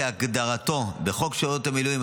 כהגדרתו בחוק שירות מילואים,